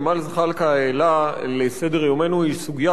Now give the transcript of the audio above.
לסדר-יומנו היא סוגיה חשובה במיוחד.